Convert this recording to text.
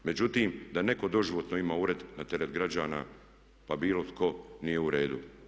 Međutim da netko doživotno ima ured na teret građana pa bilo tko nije u redu.